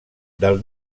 del